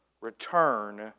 Return